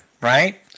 right